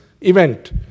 event